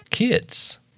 Kids